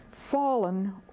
fallen